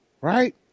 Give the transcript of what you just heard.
right